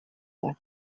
bat